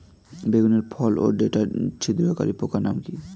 বেগুনের ফল ওর ডাটা ছিদ্রকারী পোকার নাম কি?